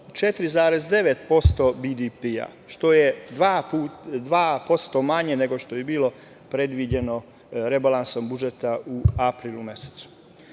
4,9% BDP, što je 2% manje nego što je bilo predviđeno rebalansom budžeta u aprilu mesecu. Prošle